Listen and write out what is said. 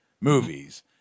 movies